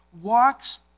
walks